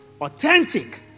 authentic